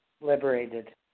liberated